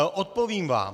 Odpovím vám.